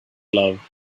love